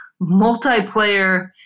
multiplayer